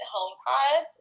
HomePod